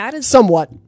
Somewhat